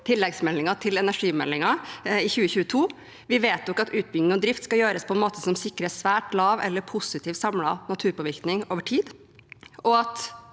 tilleggsmeldingen til energimeldingen. Vi vedtok at utbygging og drift skal gjøres på en måte som sikrer svært lav eller positiv samlet naturpåvirkning over tid,